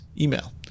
email